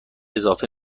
اضافه